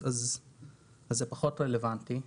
אז זה פחות רלוונטי.